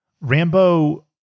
Rambo